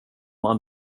han